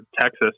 Texas